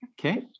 Okay